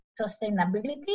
sustainability